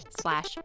slash